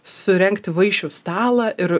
surengti vaišių stalą ir